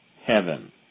heaven